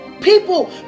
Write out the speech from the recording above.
people